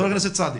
חבר הכנסת סעדי.